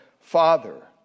Father